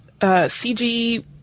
CG